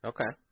Okay